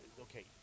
okay